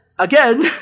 Again